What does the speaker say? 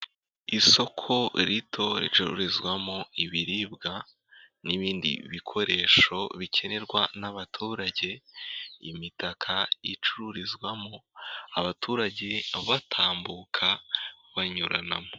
Isoko rito ricururizwamo ibiribwa n'ibindi bikoresho bikenerwa n'abaturage, imitaka icururizwamo, abaturage batambuka banyuranamo.